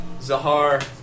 Zahar